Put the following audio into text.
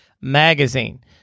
magazine